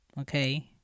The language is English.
Okay